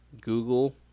Google